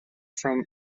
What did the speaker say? from